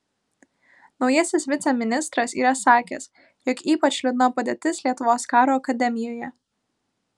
naujasis viceministras yra sakęs jog ypač liūdna padėtis lietuvos karo akademijoje